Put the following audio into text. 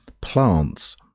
plants